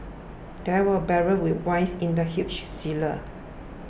there were barrels with wines in the huge cellar